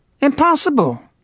Impossible